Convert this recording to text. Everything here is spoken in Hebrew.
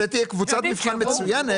זו תהיה קבוצת מבחן מצוינת,